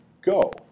go